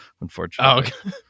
unfortunately